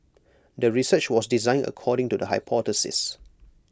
the research was designed according to the hypothesis